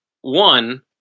One